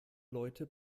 leute